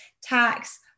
tax